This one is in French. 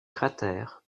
cratère